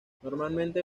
normalmente